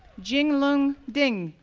jinglun ding,